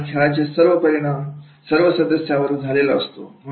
आणि खेळाचा परिणाम सर्व सदस्यावर झालेला असतो